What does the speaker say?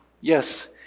yes